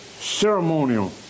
ceremonial